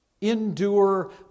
Endure